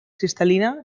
cristal·lina